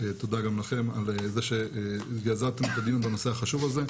תודה גם לכם על זה שיזמתם את הדיון בנושא החשוב הזה.